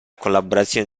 collaborazione